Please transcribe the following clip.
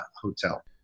hotel